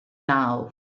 now